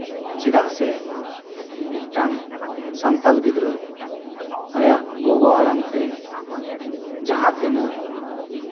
ᱪᱮᱫᱟᱜ ᱥᱮ ᱢᱤᱫᱴᱟᱝ ᱥᱟᱱᱛᱟᱲ ᱜᱤᱫᱽᱨᱟᱹ ᱟᱭᱟᱜ ᱜᱚᱜᱚ ᱟᱲᱟᱝ ᱛᱮ ᱡᱟᱦᱟᱸ ᱛᱤᱱᱟᱹᱜ